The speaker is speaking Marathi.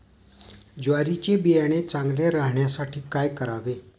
ज्वारीचे बियाणे चांगले राहण्यासाठी काय करावे?